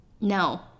no